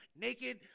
naked